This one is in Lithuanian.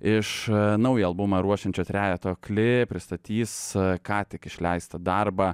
iš naują albumą ruošiančio trejeto akli pristatys ką tik išleistą darbą